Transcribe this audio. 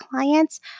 clients